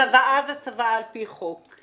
ירושה זה ירושה על פי חוק,